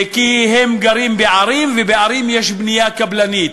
כי הם גרים בערים, ובערים יש בנייה קבלנית.